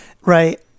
Right